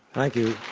thank you